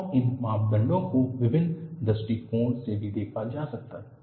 और इन मापदंडों को विभिन्न दृष्टिकोणों से भी देखा जा सकता है